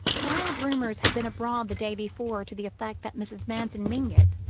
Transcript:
wild rumours had been abroad the day before to the effect that mrs. manson mingott,